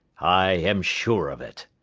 i am sure of it,